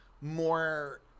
more